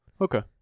Okay